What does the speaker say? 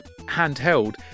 handheld